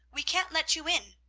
we can't let you in.